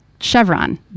Chevron